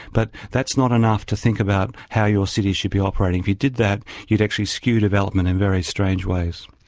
but that's not enough to think about how your city should be operating. if you did that, you'd actually skew development in very strange ways.